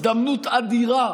הזדמנות אדירה,